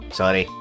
sorry